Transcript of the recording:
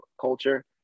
culture